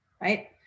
right